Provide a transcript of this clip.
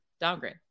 downgrade